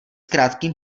krátkým